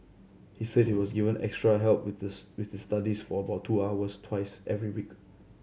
he said he was given extra help with this with this studies for about two hours twice every week